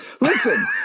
Listen